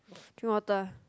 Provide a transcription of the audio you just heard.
drink water